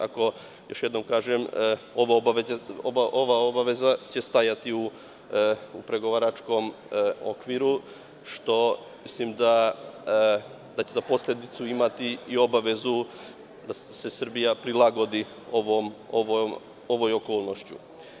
Ali, još jednom kažem, ova obaveza će stajati u pregovaračkom okviru, što mislim da će za posledicu imati i obavezu da se Srbija prilagodi ovoj okolnosti.